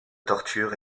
torture